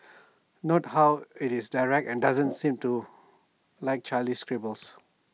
note how IT is direct and doesn't seem to like childish scribbles